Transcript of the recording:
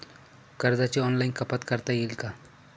कर्जाची ऑनलाईन कपात करता येईल का?